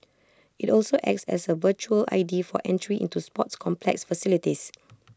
IT also acts as A virtual I D for entry into sports complex facilities